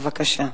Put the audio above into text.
בבקשה.